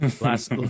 last